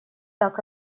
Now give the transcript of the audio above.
так